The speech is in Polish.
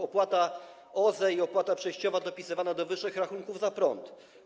Opłata OZE i opłata przejściowa dopisywana do wyższych rachunków za prąd.